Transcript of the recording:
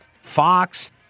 Fox